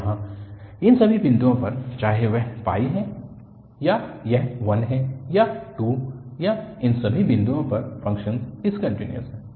तो यहाँ इन सभी बिंदुओं पर चाहे वह है या यह 1 है या 2 या इन सभी बिंदुओं पर फ़ंक्शन डिसकन्टिन्यूअस है